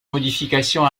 modification